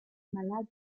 malaya